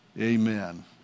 Amen